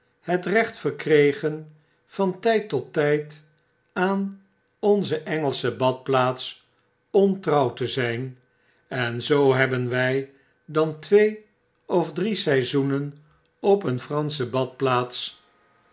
het recht gekregen van tjjd tot tijd aan onze engelsche badplaats ontrouw te zjn en zoo hebben wjj dan twee of drie seizoenen op een eransche badplaats